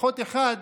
פחות 1,